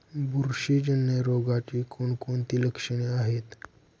बुरशीजन्य रोगाची कोणकोणती लक्षणे आहेत?